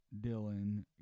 Dylan